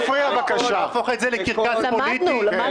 להפוך את זה לקרקס פוליטי.